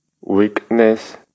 weakness